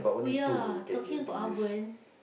oh ya talking about oven